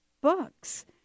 books